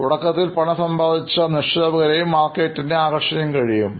തുടക്കത്തിൽ പണം സമ്പാദിച്ചാൽ നിക്ഷേപകരെയും മാർക്കറ്റിനെയും ആകർഷിക്കാൻ കഴിയും